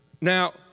Now